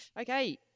Okay